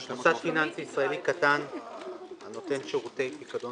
"מוסד פיננסי ישראלי קטן הנותן שירותי פיקדון